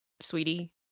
sweetie